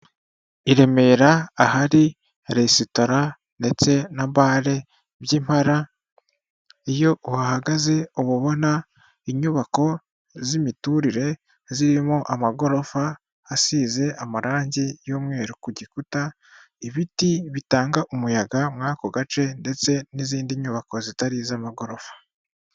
I Remera ahari resitora ndetse na bare by'impara, iyo uhagaze uba ubona inyubako z'imiturire zirimo amagorofa asize amarangi y'umweru ku gikuta, ibiti bitanga umuyaga mw'ako gace ndetse n'izindi nyubako zitari iz'amagorofa.